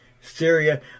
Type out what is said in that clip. Syria